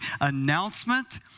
announcement